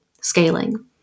scaling